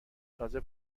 تازه